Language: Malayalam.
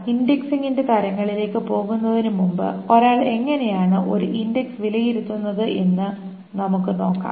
ഇൻഡെക്സിംഗിന്റെ തരങ്ങളിലേക്ക് പോകുന്നതിന് മുമ്പ് ഒരാൾ എങ്ങനെയാണ് ഒരു ഇൻഡെക്സ് വിലയിരുത്തുന്നത് എന്ന് നമുക്ക് നോക്കാം